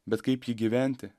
bet kaip jį gyventi